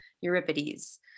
Euripides